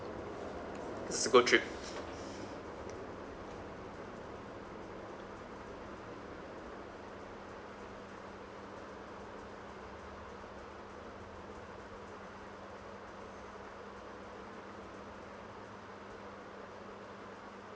it's a good trip